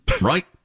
Right